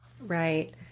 Right